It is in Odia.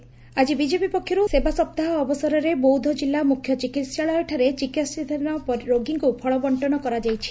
ସେହିପରି ଆକି ବିଜେପି ପକ୍ଷରୁ ସେବା ସପ୍ତାହ ଅବସରରେ ବୌଦ୍ଧ ଜିଲା ମୁଖ୍ୟ ଚିକିସ୍ଠାଳୟ ଠାରେ ଚିକିସ୍ପାଧିନ ରୋଗୀଙ୍କୁ ଫଳ ବଙ୍କନ କରାଯାଇଛି